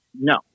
No